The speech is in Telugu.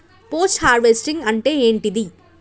పోస్ట్ హార్వెస్టింగ్ అంటే ఏంటిది?